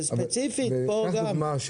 וספציפית פה גם.